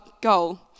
goal